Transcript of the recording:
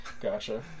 gotcha